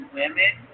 women